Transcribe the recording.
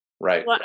Right